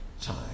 time